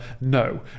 No